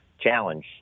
challenge